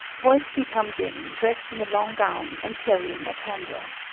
voitski comes in dressed in a long gown and carrying a candle.